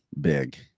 big